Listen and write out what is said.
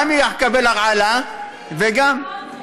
גם יקבל הרעלה וגם,